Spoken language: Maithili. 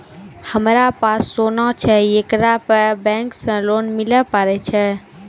हमारा पास सोना छै येकरा पे बैंक से लोन मिले पारे छै?